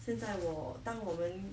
现在我当我们